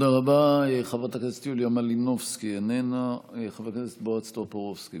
חברת הכנסת יוליה מלינובסקי,